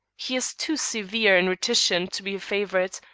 he is too severe and reticent to be a favorite,